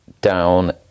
down